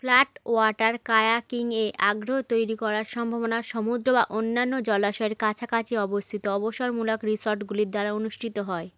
flat water kayaking এ আগ্রহ তৈরি করার সম্ভাবনা সমুদ্র বা অন্যান্য জলাশয়ের কাছাকাছি অবস্থিত অবসরমূলক রিসর্টগুলির দ্বারা অনুষ্ঠিত হয়